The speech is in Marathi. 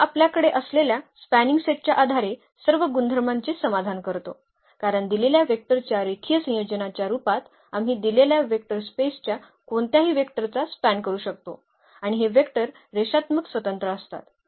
तर हा आपल्याकडे असलेल्या स्पॅनिंग सेटच्या आधारे सर्व गुणधर्मांचे समाधान करतो कारण दिलेल्या व्हेक्टरच्या रेखीय संयोजनाच्या रूपात आम्ही दिलेल्या वेक्टर स्पेसच्या कोणत्याही वेक्टरचा स्पॅन करू शकतो आणि हे वेक्टर रेषात्मक स्वतंत्र असतात